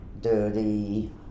dirty